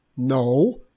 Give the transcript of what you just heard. No